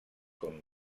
com